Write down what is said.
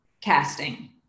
casting